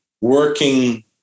working